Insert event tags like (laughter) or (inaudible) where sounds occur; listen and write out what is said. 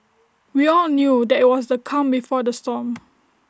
we all knew that IT was the calm before the storm (noise)